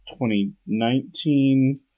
2019